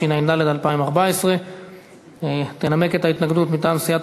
התשע"ד 2014. תנמק את ההתנגדות מטעם סיעת